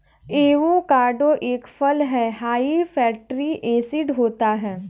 avocado एक फल हैं हाई फैटी एसिड होता है